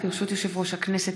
ברשות יושב-ראש הכנסת,